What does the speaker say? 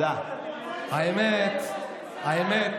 למרות שאנחנו ידידים,